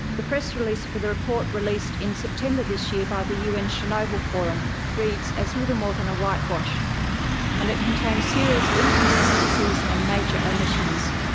the press release for the report released in september this year by the un chernobyl forum reads as little more than a whitewash and it contains serious inconsistencies and major omissions.